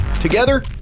Together